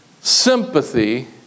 sympathy